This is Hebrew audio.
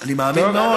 אני מאמין מאוד.